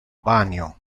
banio